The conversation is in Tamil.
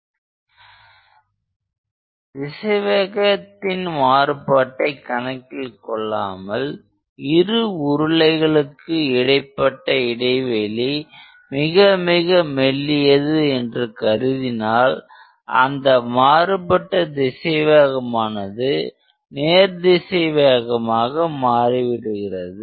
R10du ML2 R1R2r 2dr திசைவேகத்தின் மாறுபாட்டை கணக்கில் கொள்ளாமல் இரு உருளைகளுக்கு இடைப்பட்ட இடைவெளி மிக மிக மெல்லியது என்று கருதினால் அந்த மாறுபட்ட திசைவேகம் ஆனது நேர்திசை வேகமாக மாறிவிடுகிறது